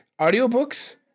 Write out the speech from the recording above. audiobooks